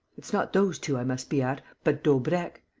it's not those two i must be at, but daubrecq.